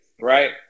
right